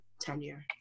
tenure